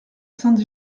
sainte